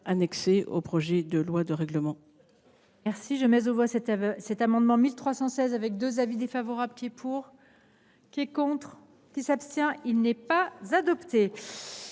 annexés au projet de loi de règlement.